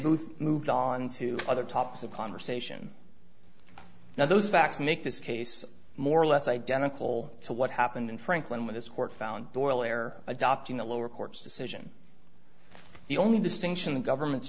both moved on to other topics of conversation now those facts make this case more or less identical to what happened in franklin when his court found doyle are adopting the lower court's decision the only distinction in government